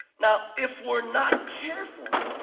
now, if we're not careful,